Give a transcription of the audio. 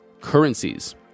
currencies